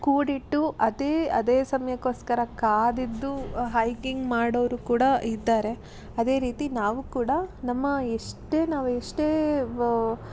ಕೂಡಿಟ್ಟು ಅದೇ ಅದೇ ಸಮಯಕ್ಕೋಸ್ಕರ ಕಾದಿದ್ದು ಹೈಕಿಂಗ್ ಮಾಡೋವರು ಕೂಡ ಇದ್ದಾರೆ ಅದೇ ರೀತಿ ನಾವು ಕೂಡ ನಮ್ಮ ಎಷ್ಟೇ ನಾವು ಎಷ್ಟೇ